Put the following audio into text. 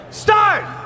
start